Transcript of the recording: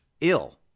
ill